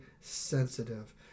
sensitive